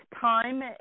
time